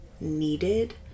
needed